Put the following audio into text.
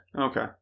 Okay